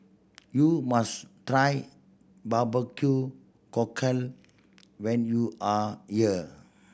you must try barbecue cockle when you are year